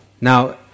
Now